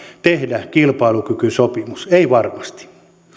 tehdä kilpailukykysopimus ei varmasti